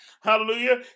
hallelujah